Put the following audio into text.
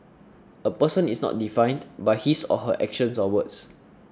a person is not defined by his or her actions or words